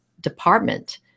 department